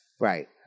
Right